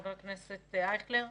חבר הכנסת אייכלר.